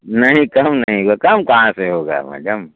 नहीं कम नहीं होगा कम कहाँ से होगा मैडम